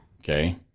Okay